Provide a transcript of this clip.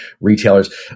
retailers